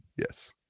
yes